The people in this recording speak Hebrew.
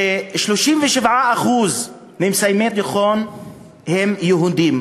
37% ממסיימי תיכון הם יהודים,